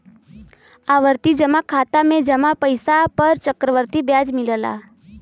आवर्ती जमा खाता में जमा पइसा पर चक्रवृद्धि ब्याज मिलला